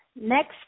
next